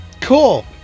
Cool